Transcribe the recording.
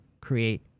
create